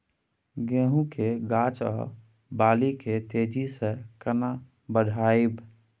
गेहूं के गाछ ओ बाली के तेजी से केना बढ़ाइब?